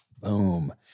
Boom